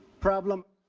problem?